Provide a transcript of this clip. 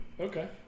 Okay